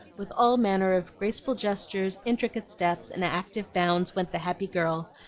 with all manner of graceful gestures, intricate steps, and active bounds went the happy girl,